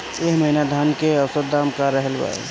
एह महीना धान के औसत दाम का रहल बा?